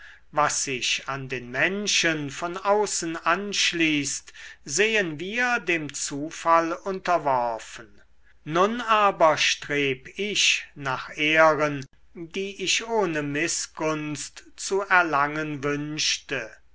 was sich an den menschen von außen anschließt sehen wir dem zufall unterworfen nun aber streb ich nach ehren die ich ohne mißgunst zu erlangen wünschte